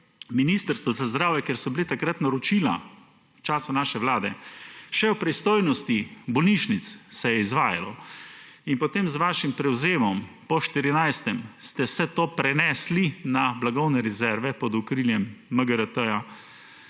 Ministrstvo za zdravje, ker so bila takrat, v času naše vlade naročila še v pristojnosti bolnišnic – se je izvajalo in potem ste z vašim prevzemom po 14. vse to prenesli na blagovne rezerve pod okriljem MGRT pa